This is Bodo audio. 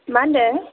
मा होनदों